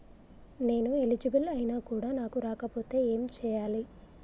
నేను ఎలిజిబుల్ ఐనా కూడా నాకు రాకపోతే ఏం చేయాలి?